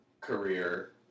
career